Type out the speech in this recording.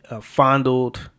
fondled